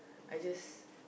I just